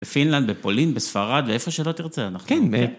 בפינלנד, בפולין, בספרד ואיפה שלא תרצה.